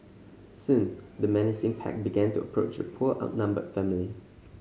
soon the menacing pack began to approach the poor outnumbered family